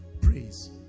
Praise